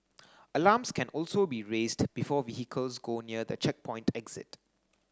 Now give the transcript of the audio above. alarms can also be raised before vehicles go near the checkpoint exit